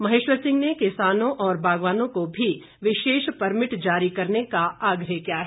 महेश्वर सिंह ने किसानों व बागवानों को भी विशेष परमिट जारी करने का आग्रह किया है